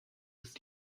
ist